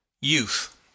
Youth